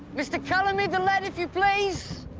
mr calamy, the lead, if you please.